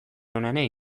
onenei